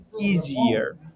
easier